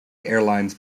airlines